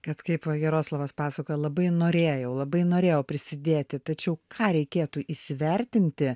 kad kaip jaroslavas pasakojo labai norėjau labai norėjau prisidėti tačiau ką reikėtų įsivertinti